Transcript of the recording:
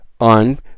on